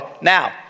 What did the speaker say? now